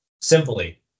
Simply